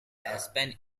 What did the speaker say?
aspen